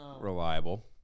reliable